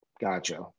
Gotcha